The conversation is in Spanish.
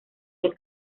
del